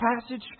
passage